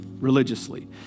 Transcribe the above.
religiously